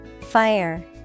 Fire